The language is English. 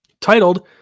Titled